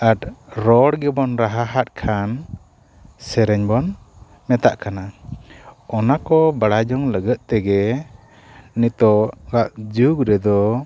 ᱟᱨ ᱨᱚᱲ ᱜᱮᱵᱚᱱ ᱨᱟᱦᱟᱣᱟᱜ ᱠᱷᱟᱱ ᱥᱨᱮᱨᱧ ᱵᱚᱱ ᱢᱮᱛᱟᱜ ᱠᱟᱱᱟ ᱚᱱᱟ ᱠᱚ ᱵᱟᱲᱟᱭ ᱡᱚᱝ ᱞᱟᱹᱜᱤᱫ ᱛᱮᱜᱮ ᱱᱤᱛᱚᱜᱼᱟᱜ ᱡᱩᱜᱽ ᱨᱮᱫᱚ